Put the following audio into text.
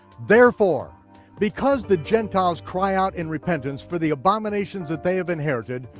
therefore because the gentiles cry out in repentance for the abominations that they have inherited,